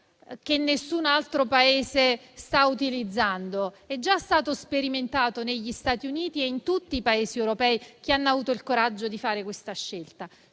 che nessun altro Paese sta utilizzando, perché è già stato sperimentato negli Stati Uniti e in tutti i Paesi europei che hanno avuto il coraggio di fare questa scelta.